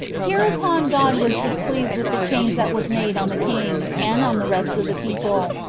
hereupon god was displeased with the change that was made on the king, and on the rest of the people,